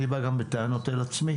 אני בא גם בטענות אל עצמי,